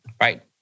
right